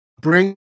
bring